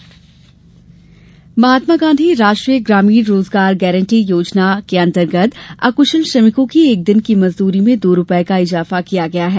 मजदूरी इजाफा महात्मा गाँधी राष्ट्रीय ग्रामीण रोजगार गारंटी योजना अंतर्गत अक्शल श्रमिकों की एक दिन की मजदूरी में दो रूपये का इजाफा किया गया है